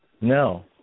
No